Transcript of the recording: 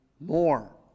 more